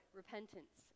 repentance